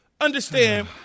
understand